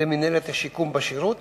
על-ידי מינהלת השיקום בשירות.